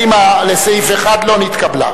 וקבוצת סיעת קדימה לסעיף 1 לא נתקבלה.